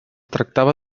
tractava